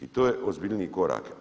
I to je ozbiljniji korak.